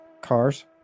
Cars